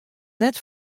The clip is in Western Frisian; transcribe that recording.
net